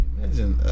Imagine